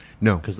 No